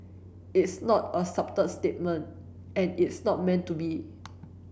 it's not a subtle statement and it's not meant to be